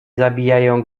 zabijają